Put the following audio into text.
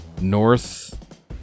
north